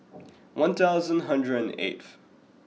one thousand hundred and eighth